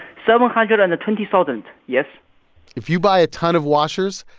seven hundred and twenty thousand, yes if you buy a ton of washers,